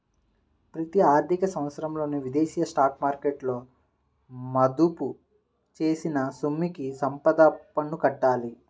ప్రతి ఆర్థిక సంవత్సరంలో విదేశీ స్టాక్ మార్కెట్లలో మదుపు చేసిన సొమ్ముకి సంపద పన్ను కట్టాలి